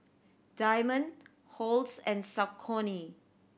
Diamond Halls and Saucony